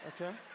Okay